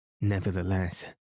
Nevertheless